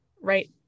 Right